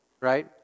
right